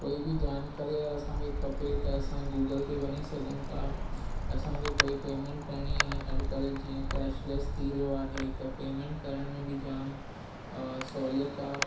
कोई बि जानकारी अगरि असांखे खपे त असां गुगल में वञी सघूं था असांखे कोई पेमेंट करिणी आहे अॼुकल्ह पेमेंट लेस थी रहियो आहे त पेमेंट करण में बि जामु अ सहूलियत आहे